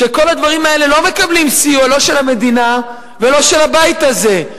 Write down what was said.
שכל הדברים האלה לא מקבלים סיוע לא של המדינה ולא של הבית הזה,